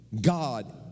God